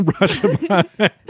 Russia